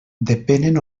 depenen